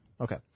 Okay